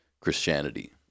Christianity